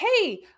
hey